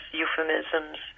euphemisms